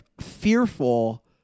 fearful